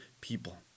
people